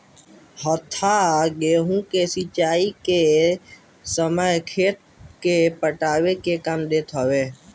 हत्था गेंहू के सिंचाई के समय खेत के पटावे के काम देत हवे